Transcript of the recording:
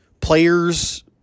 players